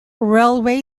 railway